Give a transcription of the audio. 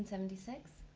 seventy six.